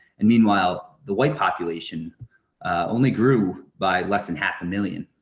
and meanwhile, the white population only grew by less than half-a-million.